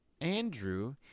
Andrew